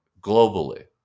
globally